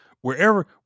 wherever